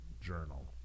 journal